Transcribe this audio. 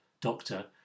doctor